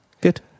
Good